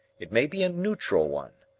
it may be a neutral one.